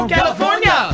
California